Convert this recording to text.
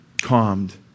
calmed